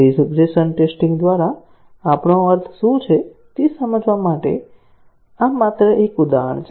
regression testing દ્વારા આપણો અર્થ શું છે તે સમજાવવા માટે આ માત્ર એક ઉદાહરણ છે